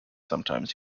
sometimes